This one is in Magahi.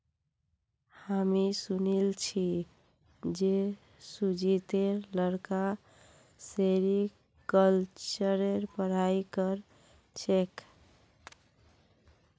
हामी सुनिल छि जे सुजीतेर लड़का सेरीकल्चरेर पढ़ाई कर छेक